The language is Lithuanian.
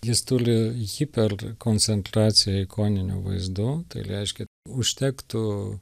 jis turi jį per koncentraciją ikoninių vaizdų tai reiškia užtektų